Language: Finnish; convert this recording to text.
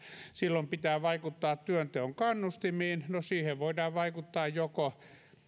silloin pitää vaikuttaa työnteon kannustimiin no siihen voidaan vaikuttaa joko